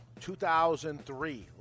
2003